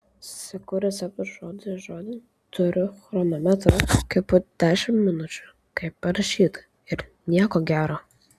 seku receptu žodis žodin turiu chronometrą kepu dešimt minučių kaip parašyta ir nieko gero